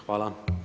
Hvala.